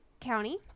County